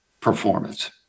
performance